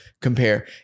compare